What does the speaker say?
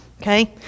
okay